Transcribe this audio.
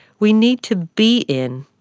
we need to be in,